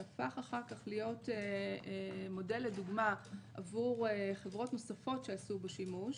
שהפך אחר כך להיות מודל לדוגמה עבור חברות נוספות שעשו בו שימוש,